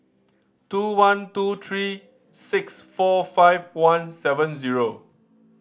two one two three six four five one seven zero